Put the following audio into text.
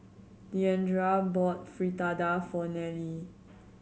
Deandra bought Fritada for Nelie